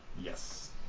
Yes